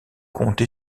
compter